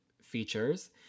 features